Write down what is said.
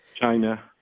China